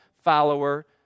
follower